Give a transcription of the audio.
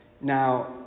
Now